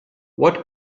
what